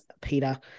Peter